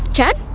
chad?